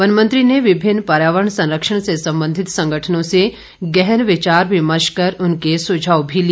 one मंत्री ने विभिन्न पर्यावरण संरक्षण से सम्बंधित संगठनों से गहन विचार विमर्श कर उनके सुझाव भी लिए